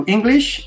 English